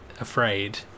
afraid